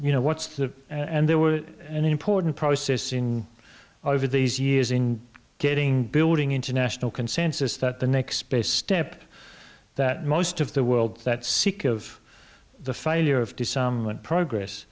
you know what's that and there were an important process in over these years in getting building international consensus that the next best step that most of the world that sick of the failure of to some progress